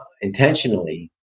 intentionally